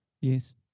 yes